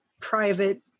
private